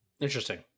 Interesting